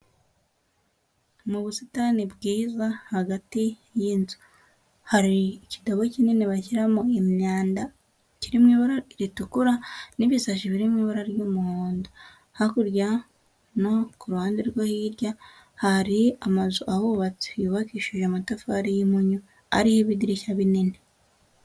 Mu busitani bwiza hagati y'inzu hari igitabo kinini bashyiramo imyanda, kiri mu ibara ritukura n'ibisashi biririmo ibara ry'umuhondo. Hakurya no kuruhande rwo hirya hari amazu ahubatse yubakishije amatafari y'impunyu ariho ibidirishya binini.